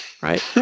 right